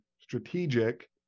strategic